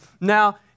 Now